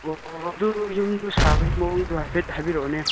ꯑꯣ ꯑꯗꯣ ꯌꯨꯝꯗꯣ ꯁꯥꯕꯒꯤ ꯃꯑꯣꯡꯗꯣ ꯍꯥꯏꯐꯦꯠ ꯍꯥꯏꯕꯤꯔꯛꯑꯣꯅꯦ